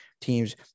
teams